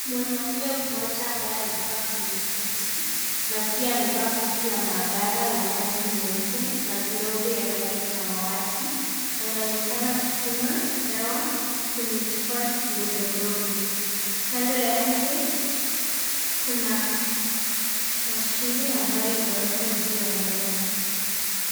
Mwanaume mmoja ambaye amekaa kwenye kiti na pia amevaa koti la maabara la rangi nyeupe na glovu ya rangi ya samawati anaonekana akipima dawa kwenye chupa ndogo ndogo, kando yake kuna mashine ambayo imewekwa juu ya meza.